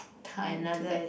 time to that